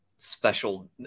special